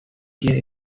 gain